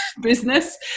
business